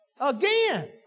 Again